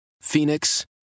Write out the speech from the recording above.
Phoenix